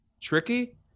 tricky